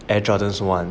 air Jordan one